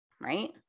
Right